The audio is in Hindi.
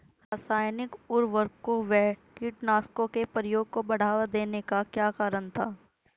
रासायनिक उर्वरकों व कीटनाशकों के प्रयोग को बढ़ावा देने का क्या कारण था?